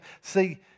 See